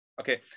Okay